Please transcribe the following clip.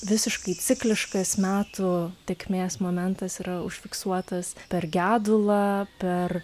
visiškai cikliškas metų tėkmės momentas yra užfiksuotas per gedulą per